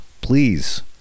please